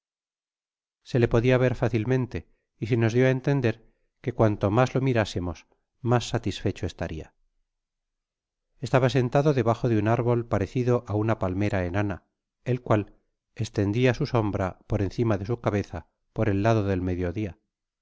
se le pedia ver fácilmente y se no dio'á entender que cnanto mas lo mirásemos mas satisfecho estaña estaba sentado debajo de un árbol pareeido á una palmera enana el cual esteodia su sombra por encima de su cabeza por el lado del mediodia